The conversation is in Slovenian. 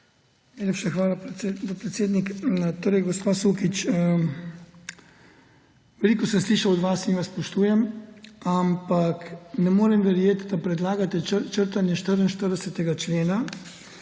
hvala, podpredsednik. Gospa Sukič, veliko sem slišal od vas in vas spoštujem, ampak ne morem verjeti, da predlagate črtanje 44. člena,